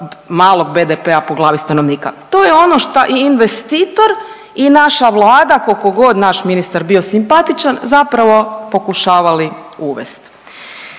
malog BDP-a po glavi stanovnika. To je ono što i investitor i naša Vlada, koliko god naš ministar bio simpatičan zapravo pokušavali uvesti.